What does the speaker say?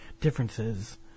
differences